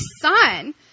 son